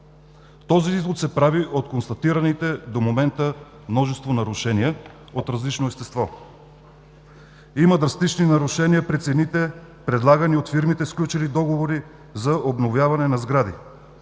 Този извод се прави от констатираните до момента множество нарушения от различно естество. Има драстични нарушения при цените, предлагани от фирмите, сключили договори за обновяване на сгради.